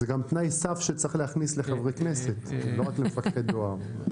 זה גם תנאי סף שצריך להכניס לחברי כנסת ולא רק למפקחי דואר.